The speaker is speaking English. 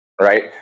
Right